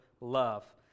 love